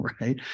right